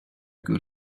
good